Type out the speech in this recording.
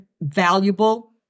valuable